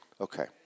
Okay